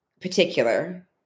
particular